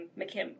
McKim